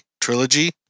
Trilogy